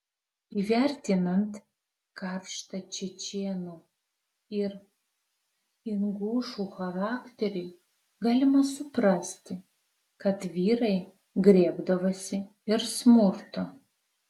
įvertinant karštą čečėnų ir ingušų charakterį galima suprasti kad vyrai griebdavosi ir smurto